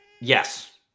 Yes